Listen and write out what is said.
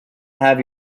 have